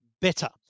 better